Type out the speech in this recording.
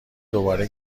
دوباره